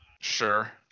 Sure